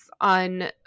on